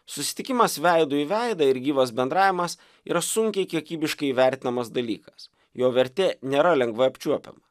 susitikimas veidu į veidą ir gyvas bendravimas yra sunkiai kiekybiškai įvertinamas dalykas jo vertė nėra lengvai apčiuopiama